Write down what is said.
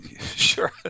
sure